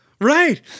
Right